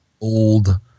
Old